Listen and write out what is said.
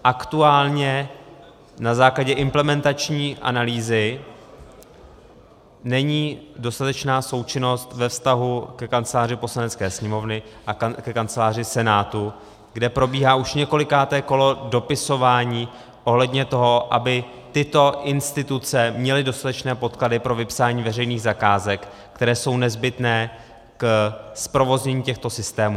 Aktuálně na základě implementační analýzy není dostatečná součinnost ve vztahu ke Kanceláři Poslanecké sněmovny a ke Kanceláři Senátu, kde probíhá už několikáté kolo dopisování ohledně toho, aby tyto instituce měly dostatečné podklady pro vypsání veřejných zakázek, které jsou nezbytné k zprovoznění těchto systémů.